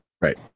Right